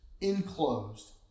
enclosed